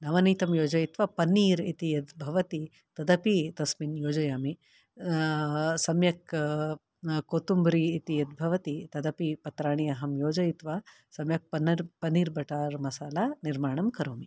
नवनीतं योजयित्वा पनीर् इति यद्भवति तदपि तस्मिन् योजयामि सम्यक् कोतुम्बरी इति यद्भवति तदपि पत्राणि अहं योजयित्वा सम्यक् पनर् पनीरबटर्मसाला निर्माणं करोमि